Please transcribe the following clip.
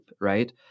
right